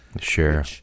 sure